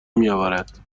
میآورد